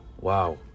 Wow